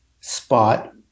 spot